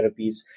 therapies